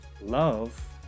Love